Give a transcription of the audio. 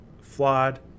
Flawed